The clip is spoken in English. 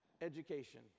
Education